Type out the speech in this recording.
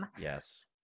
Yes